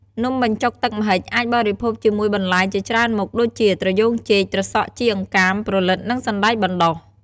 នំបញ្ចុកទឹកម្ហិចអាចបរិភោគជាមួយបន្លែជាច្រើនមុខ ដូចជា ត្រយូងចេក ត្រសក់ ជីអង្កាម ព្រលិត និងសណ្ដែកបណ្ដុះ។